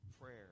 prayer